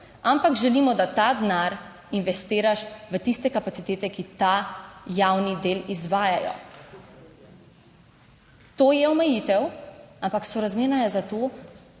ampak želimo, da ta denar investiraš v tiste kapacitete, ki ta javni del izvajajo. To je omejitev, ampak sorazmerno je, zato